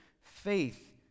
faith